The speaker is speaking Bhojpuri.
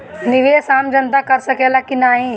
निवेस आम जनता कर सकेला की नाहीं?